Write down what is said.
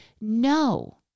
no